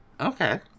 Okay